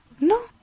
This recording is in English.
No